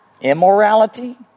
immorality